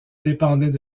dépendaient